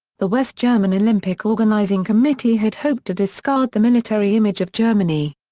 the west german olympic organizing committee had hoped to discard the military image of germany.